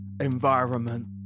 environment